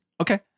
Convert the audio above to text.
Okay